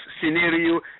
scenario